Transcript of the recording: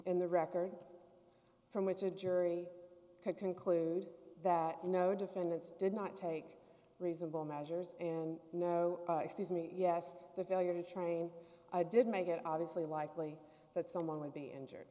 in the record from which a jury could conclude that you know defendants did not take reasonable measures and no excuse me yes the failure to train didn't make it obviously likely that someone would be injured